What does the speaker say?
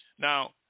Now